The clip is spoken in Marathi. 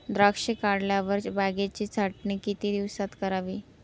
द्राक्षे काढल्यावर बागेची छाटणी किती दिवसात करावी?